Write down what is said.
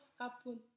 happen